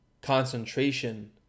concentration